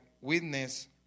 witness